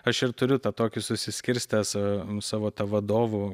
aš ir turiu tą tokį susiskirstęs savo tą vadovų